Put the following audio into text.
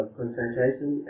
concentration